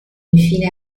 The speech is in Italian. infine